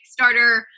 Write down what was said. Kickstarter